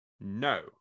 no